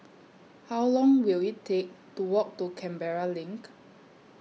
How Long Will IT Take to Walk to Canberra LINK